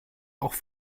auch